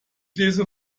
lese